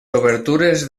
obertures